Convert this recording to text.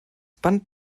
band